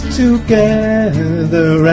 together